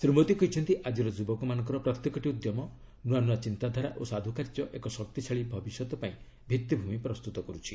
ଶ୍ରୀ ମୋଦୀ କହିଛନ୍ତି ଆକ୍କିର ଯୁବକମାନଙ୍କର ପ୍ରତ୍ୟେକଟି ଉଦ୍ୟମ ନୃଆ ନ୍ନଆ ଚିନ୍ତାଧାରା ଓ ସାଧୁକାର୍ଯ୍ୟ ଏକ ଶକ୍ତିଶାଳୀ ଭବିଷ୍ୟତ ପାଇଁ ଭିଭିଭ୍ରମି ପ୍ରସ୍ତୁତ କରୁଛି